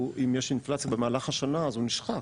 אם יש אינפלציה במהלך השנה הוא נשחק,